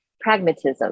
pragmatism